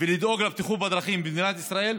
ולדאוג לבטיחות בדרכים במדינת ישראל,